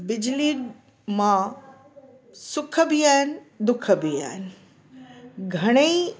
बिजली मां सुख बि आहिनि दुख बि आहिनि घणेई